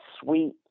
sweet